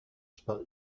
spelt